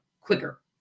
quicker